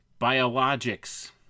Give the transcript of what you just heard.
biologics